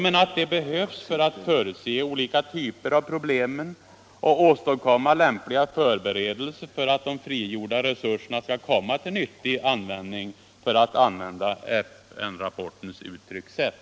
Det behövs för att förutse olika typer av problem och för att åstadkomma lämpliga förberedelser för att de frigjorda resurserna skall komma till nyttig användning, som FN-rapporten uttrycker det.